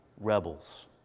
rebels